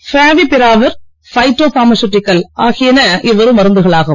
favipiravir phyto pharmaceutical ஆகியன இவ்விரு மருந்துகளாகும்